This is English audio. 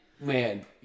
Man